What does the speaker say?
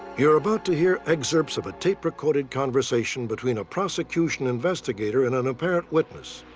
you're about to hear excerpts of a tape-recorded conversation between a prosecution investigator and an apparent witness.